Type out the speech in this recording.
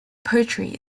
poetry